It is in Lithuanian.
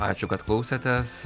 ačiū kad klausėtės